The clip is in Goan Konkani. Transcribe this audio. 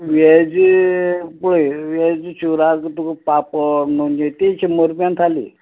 वेज पळय वेज शिवराक तुका पापड म्हणजे ते शंबर रुपयान थाली